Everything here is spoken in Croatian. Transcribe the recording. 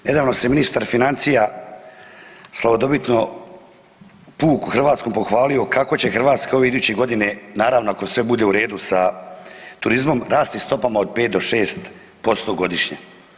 Nedavno se ministar financija slavodobitno puku hrvatskom pohvalio kako će Hrvatska iduće godine naravno ako sve bude u redu sa turizmom rasti stopama od 5 do 6% godišnje.